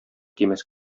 тимәс